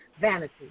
vanity